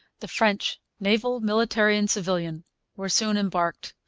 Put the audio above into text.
the french naval, military, and civilian were soon embarked.